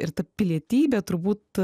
ir ta pilietybė turbūt